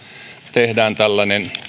tehdään tällainen